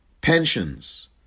Pensions